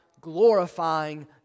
glorifying